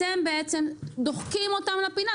אתם בעצם דוחקים אותם לפינה,